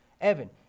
Evan